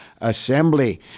Assembly